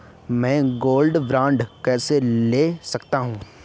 मैं gold bond कैसे ले सकता हूँ?